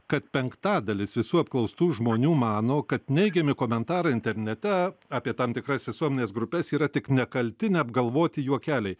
kad penktadalis visų apklaustų žmonių mano kad neigiami komentarai internete apie tam tikras visuomenės grupes yra tik nekalti neapgalvoti juokeliai